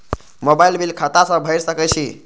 Mobile bill खाता से भेड़ सके छि?